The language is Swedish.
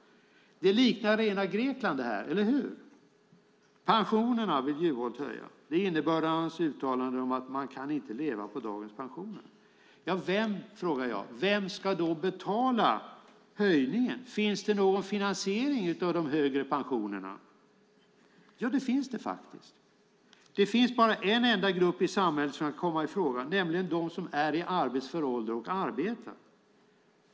Det liknar Grekland det här, eller hur? Pensionerna vill Juholt höja. Det är innebörden av hans uttalanden om att man inte kan leva på dagens pensioner. Vem ska då betala höjningen? Finns det någon finansiering av de högre pensionerna? Ja, det finns det faktiskt. Det finns bara en enda grupp i samhället som kan komma i fråga, nämligen de som är i arbetsför ålder och som arbetar.